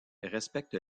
respecte